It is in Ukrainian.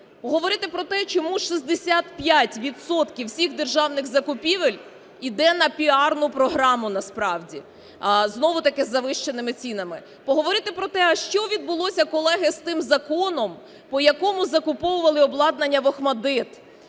Говорити про те, чому 65 відсотків всіх державних закупівель йде на піарну програму насправді, знову-таки із завищеними цінами. Поговорити про те, що відбулося, колеги, з тим законом, по якому закуповували обладнання в ОХМАТДИТ